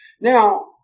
Now